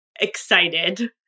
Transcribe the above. excited